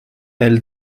elle